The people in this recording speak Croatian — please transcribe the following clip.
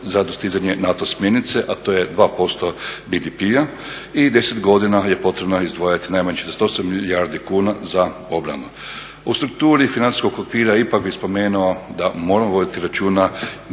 za dostizanje NATO smjernica a to je 2% BDP-a i 10 godina je potrebno izdvajati najmanje 48 milijardi kuna za obranu. U strukturi financijskog okvira ipak bih spomenuo da moramo voditi računa